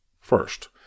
First